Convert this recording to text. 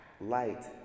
light